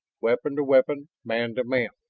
weapon to weapon, man to man.